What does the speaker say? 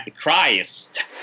Christ